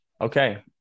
okay